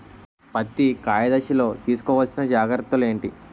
పత్తి కాయ దశ లొ తీసుకోవల్సిన జాగ్రత్తలు ఏంటి?